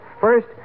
First